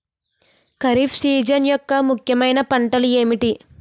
Kharif season యెక్క ముఖ్యమైన పంటలు ఏమిటీ?